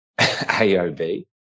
AOB